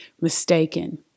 mistaken